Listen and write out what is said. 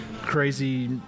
crazy